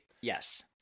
Yes